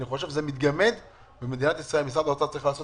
אני חושב שזה מתגמד ומשרד האוצר צריך לעשות